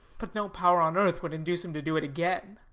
but no power on earth would induce him to do it again.